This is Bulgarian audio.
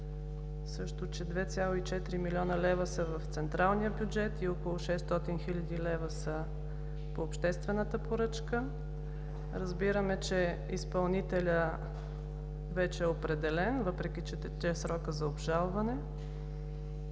също че 2,4 млн. лв. са в централния бюджет и около 600 хил. лв. са по обществената поръчка. Разбираме, че изпълнителят вече е определен, въпреки че тече срокът за обжалване,